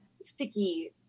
sticky